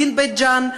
דין בית-ג'ן,